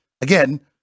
again